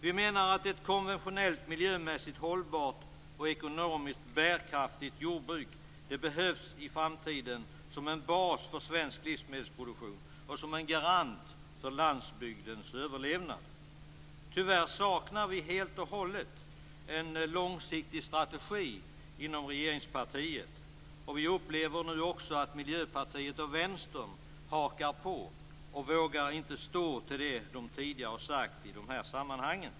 Vi menar att ett konventionellt, miljömässigt hållbart och ekonomiskt bärkraftigt jordbruk behövs i framtiden som en bas för svensk livsmedelsproduktion och som en garant för landsbygdens överlevnad. Tyvärr saknas, menar vi, helt och hållet en långsiktig strategi inom regeringspartiet. Vi upplever nu att också Miljöpartiet och Vänstern hakar på och inte vågar stå fast vid vad de tidigare har sagt i de här sammmanhangen.